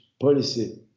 policy